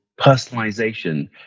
personalization